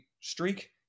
streak